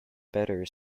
better